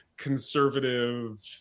conservative